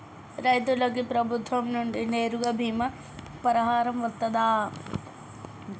రైతులకు ప్రభుత్వం నుండి నేరుగా బీమా పరిహారం వత్తదా?